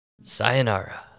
Sayonara